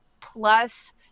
plus